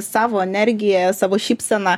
savo energija savo šypsena